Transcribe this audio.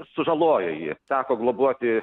sužaloja jį teko globoti